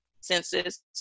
census